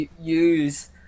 use